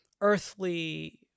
earthly